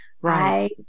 Right